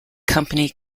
company